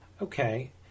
Okay